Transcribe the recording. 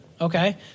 Okay